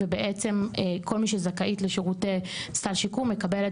ובעצם כל מי שזכאית לשירותי סל שיקום מקבלת